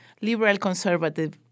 liberal-conservative